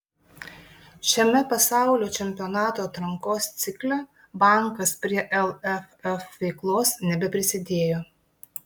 šiame pasaulio čempionato atrankos cikle bankas prie lff veiklos nebeprisidėjo